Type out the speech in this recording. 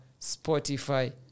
Spotify